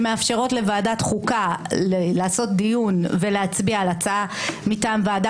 שמאפשרות לוועדת החוקה לעשות דיון ולהצביע על הצעה מטעם ועדה,